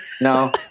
No